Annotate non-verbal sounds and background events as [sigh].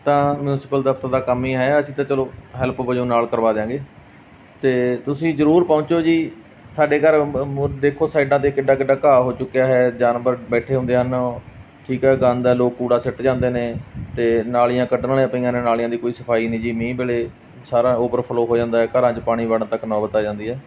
ਤਾਂ ਮਿਉਂਸੀਪਲ ਦਫ਼ਤਰ ਦਾ ਕੰਮ ਹੀ ਹੈ ਅਸੀਂ ਤਾਂ ਚਲੋ ਹੈਲਪ ਵਜੋਂ ਨਾਲ ਕਰਵਾ ਦਿਆਂਗੇ ਤਾਂ ਤੁਸੀਂ ਜ਼ਰੂਰ ਪਹੁੰਚੋ ਜੀ ਸਾਡੇ ਘਰ [unintelligible] ਦੇਖੋ ਸਾਈਡਾਂ 'ਤੇ ਕਿੱਡਾ ਕਿੱਡਾ ਘਾਹ ਹੋ ਚੁੱਕਿਆ ਹੈ ਜਾਨਵਰ ਬੈਠੇ ਹੁੰਦੇ ਹਨ ਠੀਕ ਹੈ ਗੰਦ ਆ ਲੋਕ ਕੂੜਾ ਸਿੱਟ ਜਾਂਦੇ ਨੇ ਅਤੇ ਨਾਲੀਆਂ ਕੱਢਣ ਵਾਲੀਆਂ ਪਈਆਂ ਨੇ ਨਾਲੀਆਂ ਦੀ ਕੋਈ ਸਫਾਈ ਨਹੀਂ ਜੀ ਮੀਂਹ ਵੇਲੇ ਸਾਰਾ ਓਵਰ ਫਲੋ ਹੋ ਜਾਂਦਾ ਘਰਾਂ 'ਚ ਪਾਣੀ ਬੜਣ ਤੱਕ ਨੌਬਤ ਆ ਜਾਂਦੀ ਹੈ